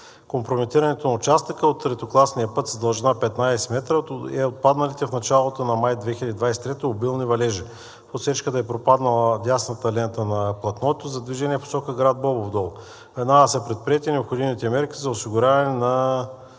Компрометирането на участъка от третокласния път с дължина 15 м е от падналите в началото на месец май 2023 г. обилни валежи. В отсечката е пропаднала дясната лента на платното за движение в посока град Бобов дол. Веднага са предприети необходимите мерки за осигуряване на